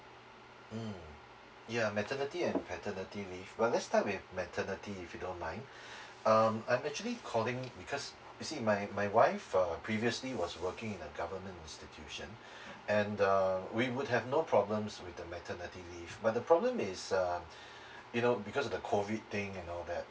mm ya maternity and paternity leave well let's start with maternity if you don't mind um I'm actually calling because you see my my wife uh previously was working in a government institution and uh we would have no problems with the maternity leave but the problem is um you know because of the COVID thing and all that